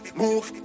move